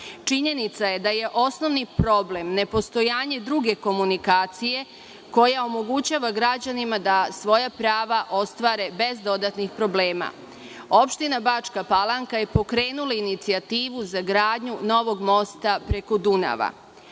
nivou. Činjenica je da je osnovni problem nepostojanje druge komunikacije koja omogućava građanima da svoja prava ostvare bez dodatnih problema. Opština Bačka Palanka je pokrenula inicijativu za gradnju novog mosta preko Dunava.